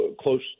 close